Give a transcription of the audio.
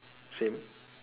same